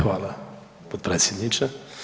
Hvala potpredsjedniče.